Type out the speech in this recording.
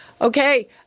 Okay